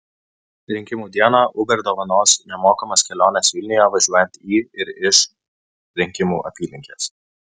rinkimų dieną uber dovanos nemokamas keliones vilniuje važiuojant į ir iš rinkimų apylinkės